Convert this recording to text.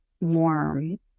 warm